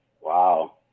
Wow